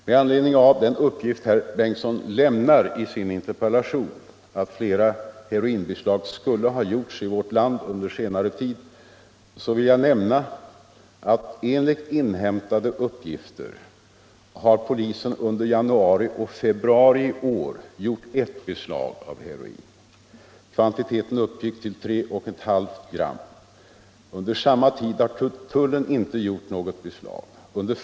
Med anledning av den uppgift herr Bengtsson i Göteborg lämnar i sin interpellation, att flera heroinbeslag skulle ha gjorts i vårt land under den senaste tiden, vill jag nämna att polisen enligt inhämtade uppgifter under januari och februari i år gjort ert beslag av heroin. Kvantiteten uppgick till 3,5 gram. Under samma tid har tullen inte gjort något beslag.